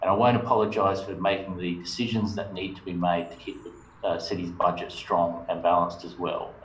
and won't apologise for making the decisions that need to be made to keep the city's budget strong and balanced as well.